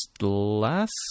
last